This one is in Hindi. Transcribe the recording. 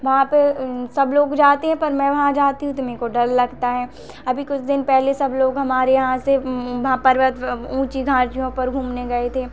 वहाँ पर सब लोग जाते हैं पर मैं वहाँ जाती हूँ तो मुझको डर लगता है अभी कुछ दिन पहले सब लोग हमारे यहाँ से वहाँ पर्वत प ऊँची घाटियों पर घूमने गए थे